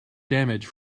damage